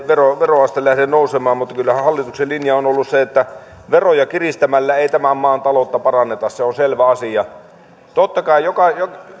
veroaste lähde nousemaan mutta kyllähän hallituksen linja on ollut se että veroja kiristämällä ei tämän maan taloutta paranneta se on selvä asia totta kai